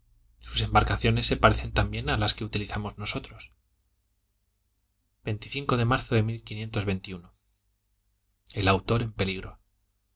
sus embarcaciones se parecen también a las que utilizamos nosotros el autor en peligro